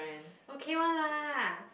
okay one lah